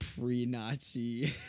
pre-nazi